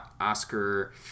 Oscar